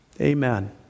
Amen